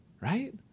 Right